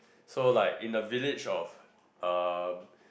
so like in the village of um